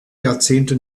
jahrzehnte